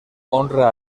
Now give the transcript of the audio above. honra